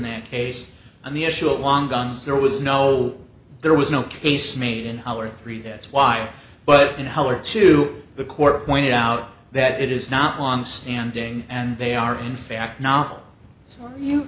that case on the issue of long guns there was no there was no case made in our three that's why but in heller to the court pointed out that it is not on standing and they are in fact no